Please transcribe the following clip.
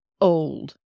old